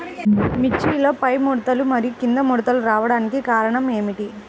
మిర్చిలో పైముడతలు మరియు క్రింది ముడతలు రావడానికి కారణం ఏమిటి?